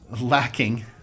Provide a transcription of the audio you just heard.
lacking